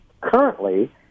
currently